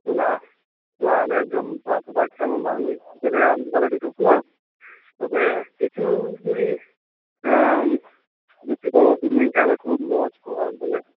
ᱚᱱᱟ ᱱᱚᱣᱟᱞᱮ ᱡᱚᱢ ᱵᱟᱲᱟ ᱪᱟᱵᱟ ᱠᱮᱫ ᱢᱟ ᱵᱟᱝ ᱦᱩᱭᱩᱜ ᱠᱟᱱ ᱛᱟᱞᱮᱭᱟ ᱵᱟᱞᱮ ᱵᱮᱥᱳᱜ ᱠᱟᱱᱟ ᱛᱚᱵᱮ ᱠᱤᱪᱷᱩ ᱡᱩᱫᱤ ᱡᱩᱠᱛᱤ ᱠᱚᱢ ᱤᱢᱟᱹᱧ ᱠᱷᱟᱡ ᱫᱚ ᱠᱷᱩᱵ ᱢᱚᱸᱡᱽ ᱠᱚᱜᱼᱟ ᱵᱚᱞᱮ